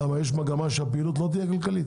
למה, יש מגמה שהפעילות לא תהיה כלכלית?